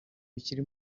bikiri